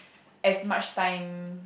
as much time